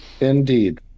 Indeed